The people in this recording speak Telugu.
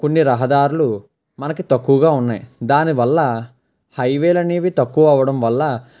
కొన్ని రహదారులు మనకి తక్కువగా ఉన్నాయి దానివల్ల హైవేలు అనేవి తక్కువ అవ్వడం వల్ల